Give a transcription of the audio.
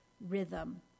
rhythm